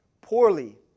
poorly